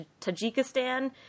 Tajikistan